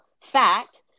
fact